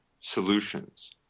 solutions